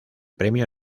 premio